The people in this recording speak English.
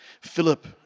Philip